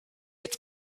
its